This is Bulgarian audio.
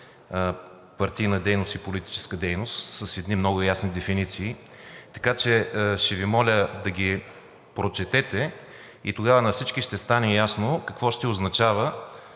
партийна дейност и политическа дейност с едни много ясни дефиниции, така че ще Ви моля да ги прочетете и тогава на всички ще стане ясно какво ще означава